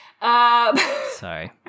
sorry